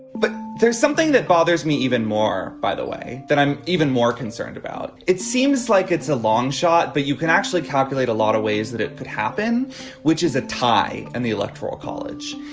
but there's something that bothers me even more by the way that i'm even more concerned about it seems like it's a long shot but you can actually calculate a lot of ways that it could happen which is a tie and the electoral college